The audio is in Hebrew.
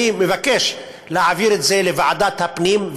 אני מבקש להעביר את זה לוועדת הפנים,